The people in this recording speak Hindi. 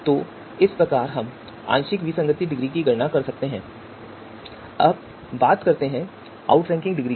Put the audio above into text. तो इस प्रकार हम आंशिक विसंगति की डिग्री की गणना करते हैं अब बात करते हैं आउटरैंकिंग डिग्री की